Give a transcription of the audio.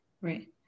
right